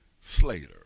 Slater